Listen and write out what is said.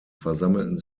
versammelten